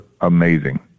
amazing